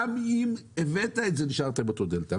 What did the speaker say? גם אם הבאת את זה נשארת עם אותה דלתא.